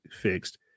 fixed